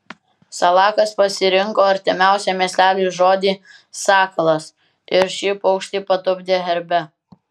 salakas pasirinko artimiausią miesteliui žodį sakalas ir šį paukštį patupdė herbe